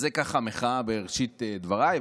אז זאת מחאה בראשית דבריי.